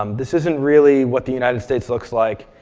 um this isn't really what the united states looks like.